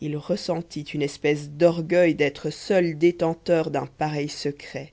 il ressentit une espèce d'orgueil d'être seul détenteur d'un pareil secret